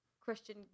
christian